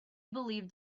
believed